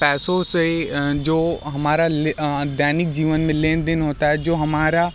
पैसो से ही जो हमारा ले दैनिक जीवन में लेन देन होता है जो हमारा